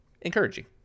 encouraging